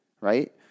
right